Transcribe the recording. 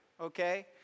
okay